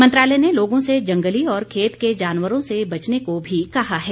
मंत्रालय ने लोगों से जंगली और खेत के जानवरों से बचने को भी कहा है